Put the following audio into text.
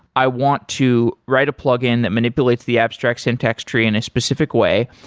i want to write a plugin that manipulates the abstract syntax tree in a specific way.